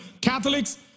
Catholics